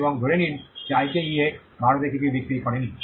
এবং ধরে নিন যে আইকেইএ ভারতে কিছুই বিক্রি করেনি